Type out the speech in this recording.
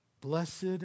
Blessed